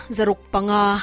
Zarukpanga